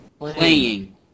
Playing